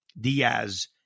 Diaz